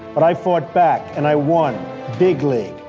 but i fought back and i won big league.